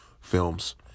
films